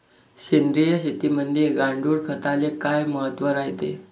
सेंद्रिय शेतीमंदी गांडूळखताले काय महत्त्व रायते?